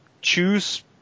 choose